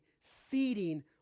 feeding